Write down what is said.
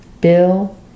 Bill